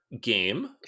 Game